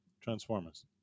Transformers